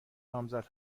نامزد